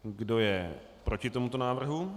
Kdo je proti tomuto návrhu?